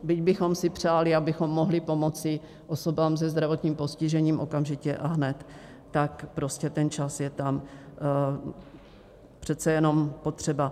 Byť bychom si přáli, abychom mohli pomoci osobám se zdravotním postižením okamžitě a hned, ten čas je tam přece jenom potřeba.